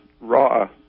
raw